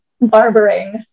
barbering